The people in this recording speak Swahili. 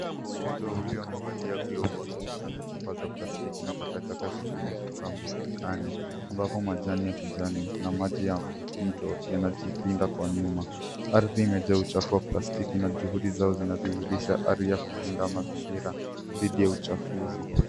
Watu wawili wame valia glovu waki kusanya chupa za plastiki na takataka zingine kutoka mbukani ambapo majani ya kijani na maji ya mto yanajipinda kwa nyuma. Ardhi ime jaa uchafu wa plastiki na juhudi zao zina dhihirisha ari ya kulinda mazingira dhidi ya uchafuzi.